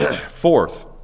Fourth